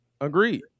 Agreed